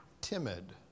timid